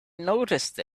noticed